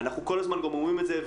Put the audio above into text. אנחנו כל הזמן אומרים את זה,